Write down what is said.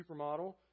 supermodel